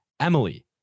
Emily